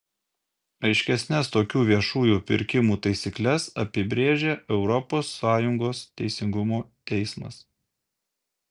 aiškesnes tokių viešųjų pirkimų taisykles apibrėžė europos sąjungos teisingumo teismas